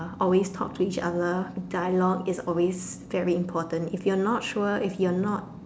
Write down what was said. always talk to each other dialogue is always very important if you are not sure you're not